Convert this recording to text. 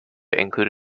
include